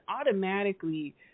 automatically